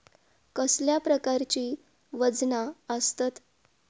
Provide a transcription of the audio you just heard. कसल्या प्रकारची वजना आसतत?